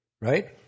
Right